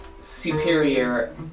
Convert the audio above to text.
superior